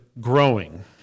growing